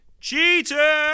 Cheater